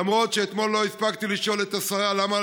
למרות שאתמול לא הספקתי לשאול את השרה למה